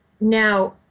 Now